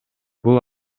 бул